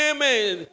Amen